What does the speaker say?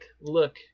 look